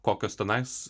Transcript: kokios tenais